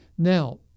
Now